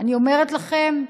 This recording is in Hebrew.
אני אומרת לכם,